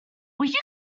what